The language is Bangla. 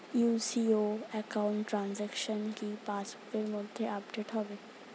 ইউ.সি.ও একাউন্ট ট্রানজেকশন কি পাস বুকের মধ্যে আপডেট হবে?